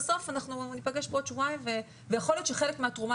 בסוף אנחנו ניפגש בעוד שבועיים ויכול להיות שחלק מהתרומה